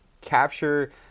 capture